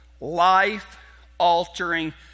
life-altering